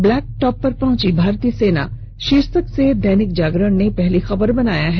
black top पर पहुंची भारतीय सेना शीर्षक से दैनिक जागरण ने पहली खबर बनाया है